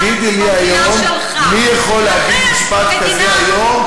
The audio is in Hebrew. תגידי לי היום מי יכול להגיד משפט כזה היום,